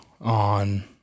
on